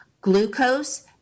glucose